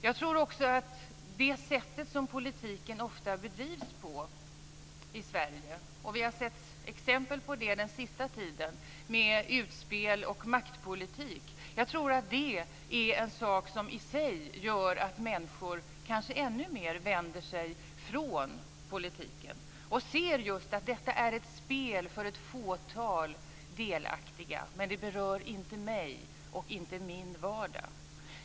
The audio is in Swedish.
Jag tror också att det sätt som politik ofta bedrivs på i Sverige - vi har sett exempel på det den sista tiden med utspel och maktpolitik - i sig gör att människor ännu mer vänder sig från politiken. Man ser just att det är ett spel för ett fåtal delaktiga och att det inte berör en själv och ens vardag.